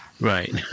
Right